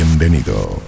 Bienvenido